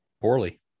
poorly